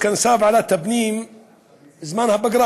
התכנסה ועדת הפנים בזמן הפגרה